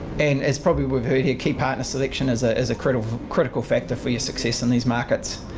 and as probably we've heard here key partner selection is ah is a critical critical factor for your success in these markets.